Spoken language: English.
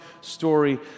story